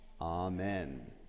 Amen